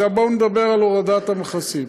עכשיו, בואו נדבר על הורדת המכסים.